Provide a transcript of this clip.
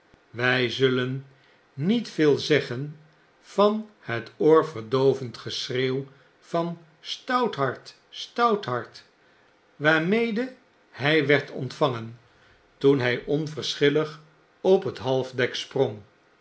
wij zullen niet veel zeggen van het oorverdoovend geschreeuw van stouthart stouthart waarmede hij werd ontvangen toen hij onverschillig op het halfdek sprong